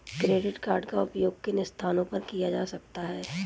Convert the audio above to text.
Credit card का उपयोग किन स्थानों पर किया जा सकता है?